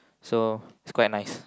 so it's quite nice